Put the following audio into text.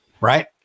Right